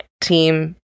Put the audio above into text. team